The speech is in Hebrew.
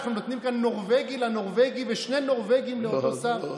אנחנו נותנים כאן נורבגי לנורבגי ושני נורבגים לאותו שר?